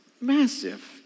massive